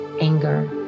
anger